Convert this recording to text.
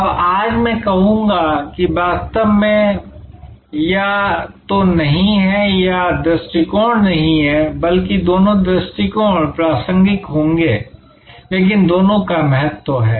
अब आज मैं कहूंगा कि वास्तव में ये या तो नहीं हैं या दृष्टिकोण नहीं हैं बल्कि दोनों दृष्टिकोण प्रासंगिक होंगे लेकिन दोनों का महत्व है